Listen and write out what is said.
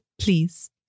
please